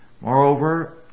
Moreover